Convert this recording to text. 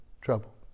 trouble